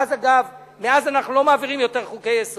אגב, מאז אנחנו לא מעבירים יותר חוקי-יסוד.